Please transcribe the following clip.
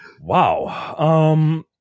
Wow